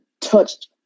touched